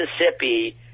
Mississippi